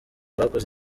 bakoze